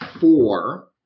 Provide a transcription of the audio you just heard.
four